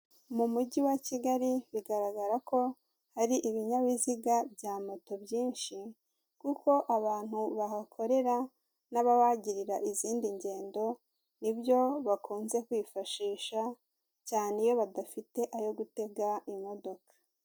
Mu isoko ahacururizwa ibicuruzwa bitandukanye; nk'inyanya, ibitunguru, ibishyimbo ndetse n'ibindi nk'ibitoki mu buryo bwinshi cyangwa se mu buryo bukeya.